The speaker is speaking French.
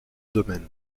domaine